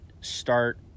start